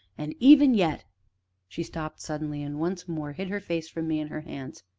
and even yet she stopped, suddenly, and once more hid her face from me in her hands.